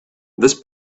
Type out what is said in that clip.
this